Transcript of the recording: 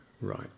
right